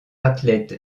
athlètes